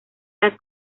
las